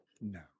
No